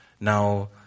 now